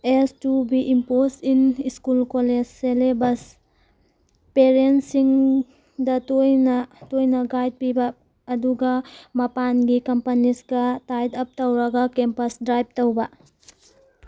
S to be impose in school college syllabus ꯄꯦꯔꯦꯟꯁꯁꯤꯡꯗ ꯇꯣꯏꯅ ꯇꯣꯏꯅ ꯒꯥꯏꯠ ꯄꯤꯕ ꯑꯗꯨꯒ ꯃꯄꯥꯟꯒꯤ ꯀꯝꯄꯅꯤꯖꯀ ꯇꯥꯏꯠ ꯑꯞ ꯇꯧꯔꯒ ꯀꯦꯝꯄꯁ ꯗ꯭ꯔꯥꯏꯚ ꯇꯧꯕ